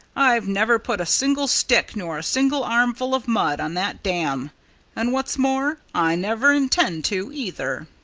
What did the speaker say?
i've never put a single stick nor a single armful of mud on that dam and what's more, i never intend to, either.